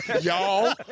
y'all